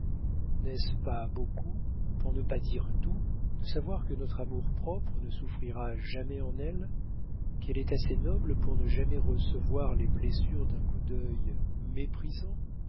n'est-ce pas beaucoup pour ne pas dire tout de savoir que notre amour-propre ne souffrira jamais en elle qu'elle est assez noble pour ne jamais recevoir les blessures d'un coup d'œil méprisant